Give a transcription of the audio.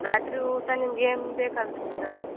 ರಾತ್ರಿ ಊಟ ನಿಮ್ಗ ಏನು ಬೇಕು ಅದು ಸಿಗ್ತಾವ ರೀ